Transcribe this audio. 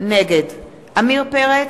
נגד עמיר פרץ,